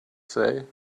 say